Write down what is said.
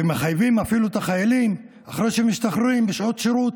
ומחייבות אפילו את החיילים אחרי שהם משתחררים בשעות שירות,